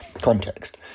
context